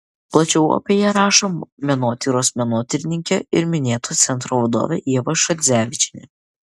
plačiau apie ją rašo menotyros menotyrininkė ir minėto centro vadovė ieva šadzevičienė